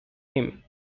him